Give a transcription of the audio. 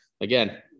Again